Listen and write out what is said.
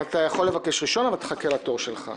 אתה יכול לבקש ראשון, אבל תחכה לתור שלך.